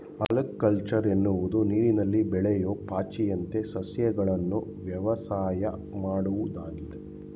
algaculture ಎನ್ನುವುದು ನೀರಿನಲ್ಲಿ ಬೆಳೆಯೂ ಪಾಚಿಯಂತ ಸಸ್ಯಗಳನ್ನು ವ್ಯವಸಾಯ ಮಾಡುವುದಾಗಿದೆ